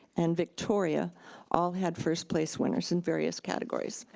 and victoria all had first place winners in various categories.